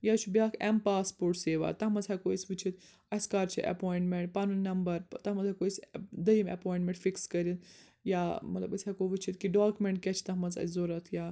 یا چھُ بیٛاکھ ایٚم پاسپورٹ سیوا تتھ منٛز ہیٚکو أسۍ وُچھتھ اسہِ کر چھِ ایٚپواینٛٹمیٚنٛٹ پنُن نمبر تتھ منٛز ہیٚکو أسۍ دوٚیِم ایٚپواینٛٹمیٚنٛٹ فِکٕس کٔرِتھ یا مطلب أسۍ ہیٚکو وُچھتھ کہِ ڈاکمیٚنٛٹ کیٛاہ چھِ تتھ منٛز اسہِ ضروٗرت یا